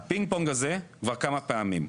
הפינג-פונג הזה חוזר כבר כמה פעמים.